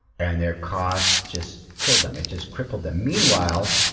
and their costs just killed them. it just crippled them. meanwhile,